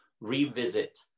revisit